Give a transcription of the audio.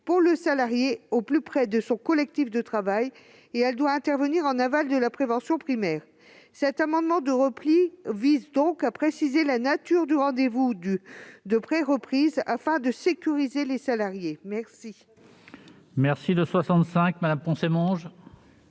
du salarié, au plus près de son collectif de travail. Elle doit intervenir en aval de la prévention primaire. Cet amendement de repli vise donc à préciser la nature du rendez-vous de préreprise afin de sécuriser les salariés.